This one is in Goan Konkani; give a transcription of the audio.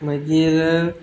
मागीर